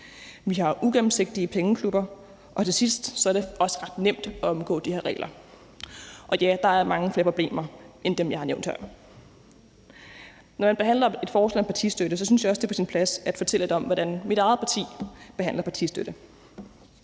Vi har ugennemsigtige pengeklubber. Til sidst vil jeg sige, at det er ret nemt at omgå de her regler. Der er mange flere problemer end dem, jeg har nævnt her. Når det handler om et beslutningsforslag om partistøtte, synes jeg også, at det er på sin plads at fortælle lidt om, hvordan mit eget parti behandler partistøtte.